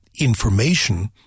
Information